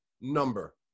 number